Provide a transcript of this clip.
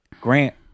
Grant